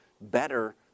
better